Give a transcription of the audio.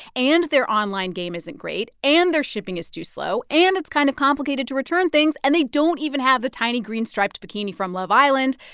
and their online game isn't great, and their shipping is too slow. and it's kind of complicated to return things, and they don't even have the tiny green striped bikini from love island.